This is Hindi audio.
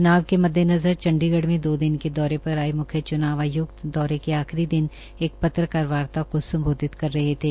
चूनाव के मद्देनज़र चंडीगढ़ में दो दिन के दौरे पर आये मुख्य चूनाव आयुक्त दौरे के आखिरी दिन एक पत्रकार वार्ता को सम्बोधित कर रहे थे